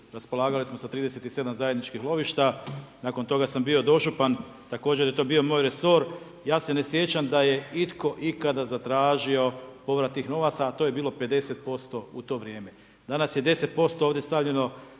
Raspolagali samo sa 37 zajedničkih lovišta. Nakon toga sam bio dožupan također je to bio moj resor. Ja se ne sjećam da je itko ikada zatražio povrat tih novaca, a to je bilo 50% u to vrijeme. Danas je 10% ovdje stavljeno